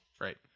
Right